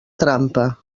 trampa